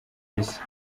isi